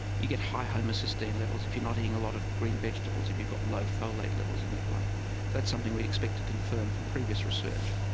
you get high homocysteine levels if you're not eating a lot of green vegetables, if you've got low folate levels in your blood. but that's something we expect to confirm from previous research.